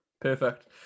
perfect